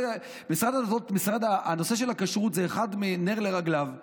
משרד הדתות, הנושא של הכשרות זה נר לרגליו,